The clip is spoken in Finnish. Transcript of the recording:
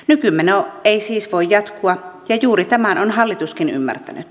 nykymeno ei siis voi jatkua ja juuri tämän on hallituskin ymmärtänyt